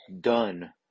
done